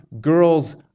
girls